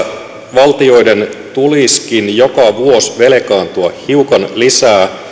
valtioiden tulisikin joka vuosi velkaantua hiukan lisää